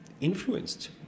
influenced